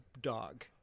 dog